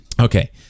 Okay